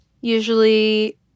usually